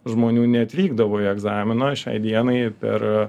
žmonių neatvykdavo į egzaminą šiai dienai per